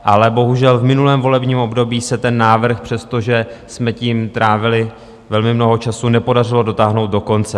Ale bohužel v minulém volebním období se ten návrh, přestože jsme tím trávili velmi mnoho času, nepodařilo dotáhnout do konce.